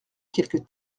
quelques